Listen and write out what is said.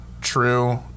true